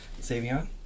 Savion